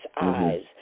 eyes